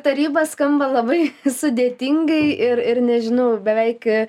tarybą skamba labai sudėtingai ir ir nežinau beveik